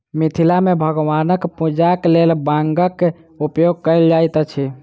मिथिला मे भगवानक पूजाक लेल बांगक उपयोग कयल जाइत अछि